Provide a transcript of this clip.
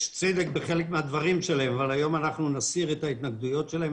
יש צדק בחלק מהדברים שלהם אבל היום אנחנו נסיר את ההתנגדויות שלהם,